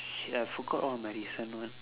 shit I forgot all my recent one